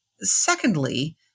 Secondly